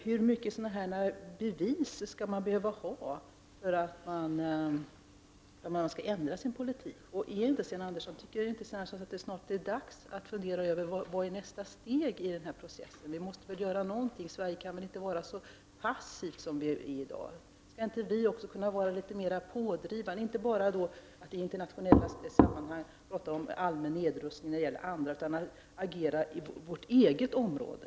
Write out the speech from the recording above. Hur många sådana här bevis skall man behöva för att kunna ändra sin politik? Tycker inte Sten Andersson att det snart är dags att fundera över vilket som är nästa steg i denna process? Vi måste väl göra någonting? Vi i Sverige kan inte vara så passiva som vi är i dag? Skulle vi inte också kunna vara litet mera pådrivande och inte bara i internationella sammanhang tala om allmän nedrustning när det gäller andra utan själva agera i vårt eget område?